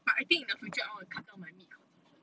but I think in the future I will cut down my meat consumption